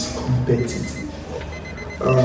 competitive